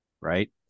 right